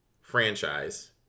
franchise